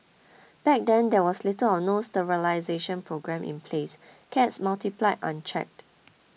back then there was little or no sterilisation programme in place cats multiplied unchecked